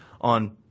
on